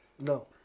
No